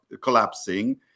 collapsing